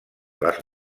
les